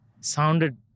sounded